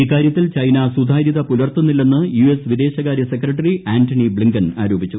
ഇക്കാര്യത്തിൽ ചൈന സുതാര്യത്യ പുലർത്തുന്നില്ലെന്ന് യു എസ് വിദേശകാരൃ സെക്രട്ടറി ആന്റണി ബ്ലിങ്കൻ ആരോപിച്ചു